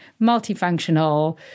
multifunctional